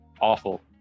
awful